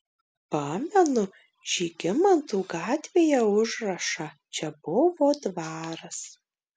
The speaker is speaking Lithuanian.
pamenu žygimantų gatvėje užrašą čia buvo dvaras